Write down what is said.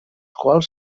quals